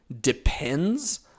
depends